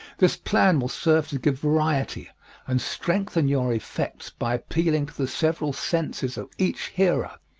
this plan will serve to give variety and strengthen your effects by appealing to the several senses of each hearer,